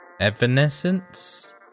evanescence